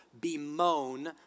bemoan